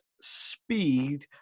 speed